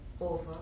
over